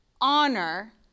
honor